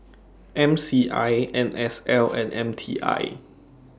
M C I N S L and M T I